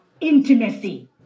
intimacy